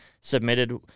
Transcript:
submitted